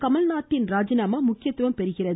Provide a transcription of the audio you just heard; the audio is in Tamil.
கமல்நாத்தின் ராஜினாமா முக்கியத்துவம் பெறுகிறது